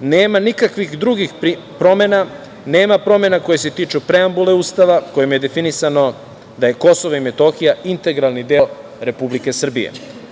Nema nikakvih drugih promena, nema promena koje se tiču preambule Ustava, kojim je definisano da je KiM integralni deo Republike Srbije.